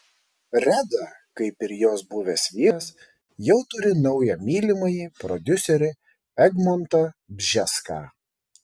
reda kaip ir jos buvęs vyras jau turi naują mylimąjį prodiuserį egmontą bžeską